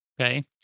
Okay